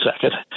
second